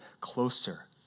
closer